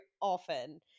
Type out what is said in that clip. often